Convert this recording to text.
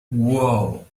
wow